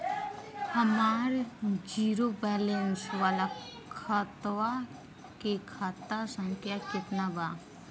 हमार zero balance वाला खतवा के खाता संख्या केतना बा?